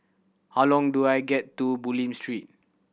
how long do I get to Bulim Street